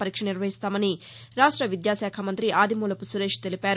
పరీక్ష నిర్వహిస్తామని విద్యాశాఖ మంత్రి ఆదిమూలపు సురేశ్ తెలిపారు